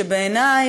שבעיני,